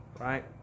right